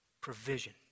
provision